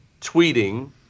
tweeting